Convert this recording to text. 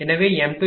எனவே m223